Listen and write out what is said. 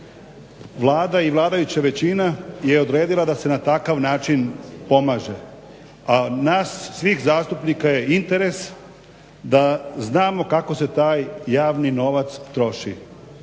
vlada i vladajuća većina je odredila da se na takav način pomaže. Nas svih zastupnika je interes da znamo kako se taj javni novac troši